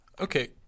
Okay